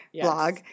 blog